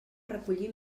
recollir